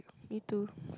me too